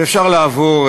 ואפשר לעבור,